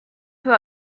peu